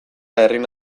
herrien